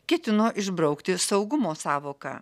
ketino išbraukti saugumo sąvoką